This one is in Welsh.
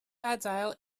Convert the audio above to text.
adael